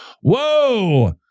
Whoa